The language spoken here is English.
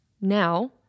now